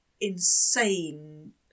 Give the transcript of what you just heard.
insane